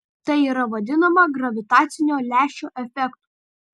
tai yra vadinama gravitacinio lęšio efektu